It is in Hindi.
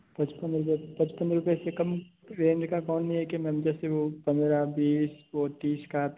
पचपन रुपया पचपन रुपये से कम रेंज का कोन नहीं है क्या मैम जैसे वो पन्द्रह बीस वो तीस का आता है